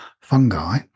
fungi